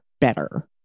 better